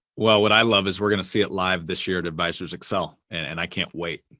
well, what i love is we're gonna see it live this year at advisors excel, and and i can't wait.